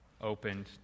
opened